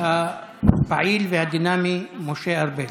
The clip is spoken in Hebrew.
הפעיל והדינמי משה ארבל.